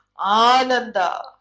Ananda